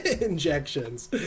injections